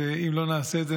אם לא נעשה את זה,